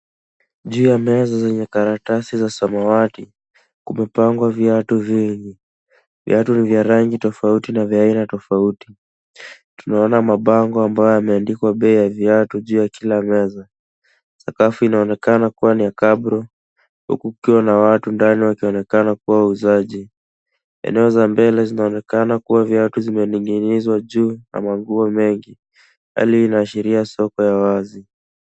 Juu ya meza zenye karatasi za samawati, kumepangwa viatu vingi. Viatu ni vya rangi tofauti na vya aina tofauti. Tunaona mabango ambayo yameandikwa bei ya viatu juu ya kila meza. Sakafu inaonekana kuwa ni ya cabro huku kukiwa na watu ndani wakionekana kuwa wauzaji. Eneo za mbele zinaonekana kuwa viatu vimening'inizwa juu na nguo nyingi. Hali hii inaashiria soko ya wazi.